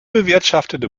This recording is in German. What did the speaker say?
bewirtschaftete